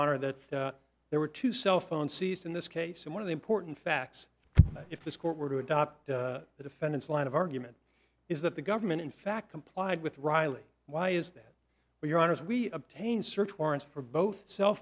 honor that there were two cell phone seized in this case and one of the important facts if this court were to adopt the defendant's line of argument is that the government in fact complied with riley why is that we're on as we obtain search warrants for both cell